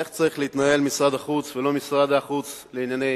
איך צריך להתנהל משרד החוץ, ולא משרד החוץ לענייני